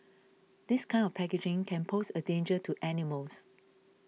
this kind of packaging can pose a danger to animals